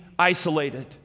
Isolated